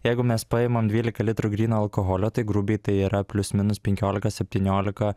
jeigu mes paimam dvylika litrų gryno alkoholio tai grubiai tai yra plius minus penkiolika septyniolika